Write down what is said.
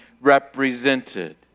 represented